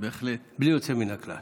בלי יוצא מן הכלל.